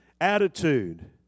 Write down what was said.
attitude